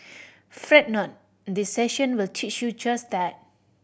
fret not this session will teach you just that